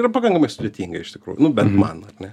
yra pakankamai sudėtinga iš tikrųjų nu bent man ne